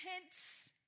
hints